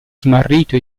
smarrito